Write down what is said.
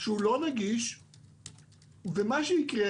שהוא לא נגיש ומה שיקרה,